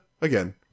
again